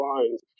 lines